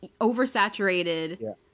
oversaturated